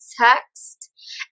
text